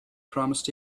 promised